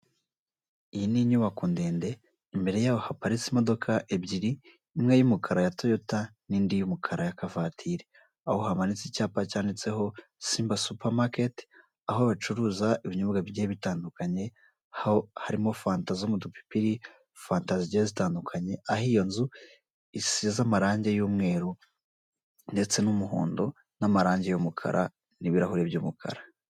Iyi ni inyubako ndende imbere yaho haparitse imodoka ebyiri, imwe y'umukara ya toyota n'indi y'umukara ya kavatiri, aho hamanitse icyapa cyanditseho simba supamaketi aho bacuruza ibinyobwa bigiye bitandukanye, aho harimo fanta zo mu dupipiri fanta zigiye zitandukanye, aho iyo nzu isize amarange y'umweru ndetse n'umuhondo n'amarange y'umukara n'ibirahuri by'umukara.